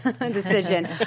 decision